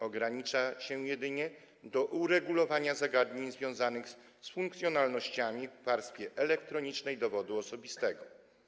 Ogranicza się jedynie do uregulowania zagadnień związanych z funkcjonalnościami w warstwie elektronicznej dowodu osobistego.